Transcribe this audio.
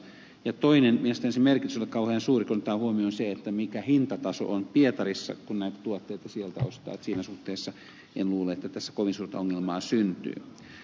ja toiseksi mielestäni sen merkitys ei ole kauhean suuri kun ottaa huomioon sen mikä hintataso on pietarissa kun näitä tuotteita sieltä ostaa niin että siinä suhteessa en luule että tässä kovin suurta ongelmaa syntyy